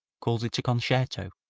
calls it a concerto?